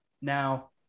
Now